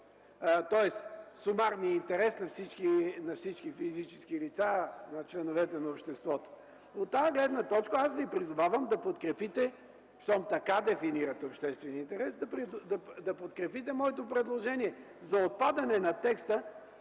Тоест сумарният интерес на всички физически лица, на членовете на обществото. От тази гледна точка аз Ви призовавам, щом така дефинирате обществения интерес, да подкрепите моето предложение за отпадане на текста